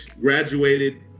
graduated